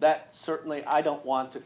that certainly i don't want to